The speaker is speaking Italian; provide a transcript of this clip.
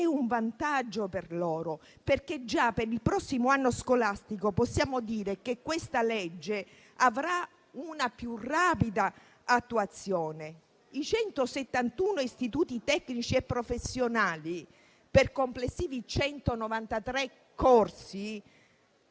un vantaggio per loro, perché già per il prossimo anno scolastico possiamo dire che questa legge avrà una più rapida attuazione. In 171 istituti tecnici e professionali, sono stati avviati